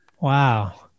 Wow